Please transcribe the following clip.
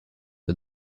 for